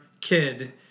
kid